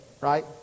right